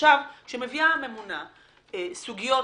כשמביאה הממונה סוגיות,